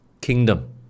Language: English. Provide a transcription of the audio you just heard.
kingdom